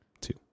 two